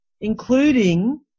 including